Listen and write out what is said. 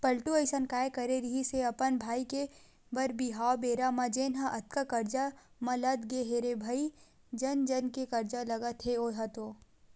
पलटू अइसन काय करे रिहिस हे अपन भाई के बर बिहाव बेरा म जेनहा अतका करजा म लद गे हे रे भई जन जन के करजा लगत हे ओहा तो